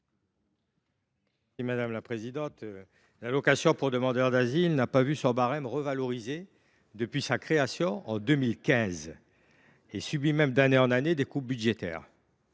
M. Guy Benarroche. L’allocation pour demandeur d’asile n’a pas vu son barème revalorisé depuis sa création, en 2015, et elle subit même, d’année en année, des coupes budgétaires.